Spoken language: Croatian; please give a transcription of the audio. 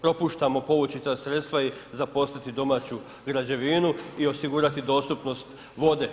Propuštamo povući ta sredstva i zaposliti domaću građevinu i osigurati dostupnost vode.